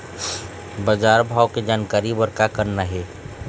बजार भाव के जानकारी बर का करना हे?